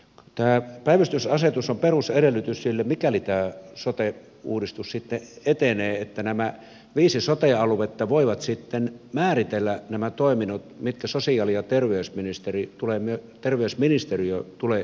tämä päivystysasetus on perusedellytys sille mikäli tämä sote uudistus sitten etenee että nämä viisi sote aluetta voivat määritellä nämä toiminnot mitkä sosiaali ja terveysministeriö tulee hyväksymään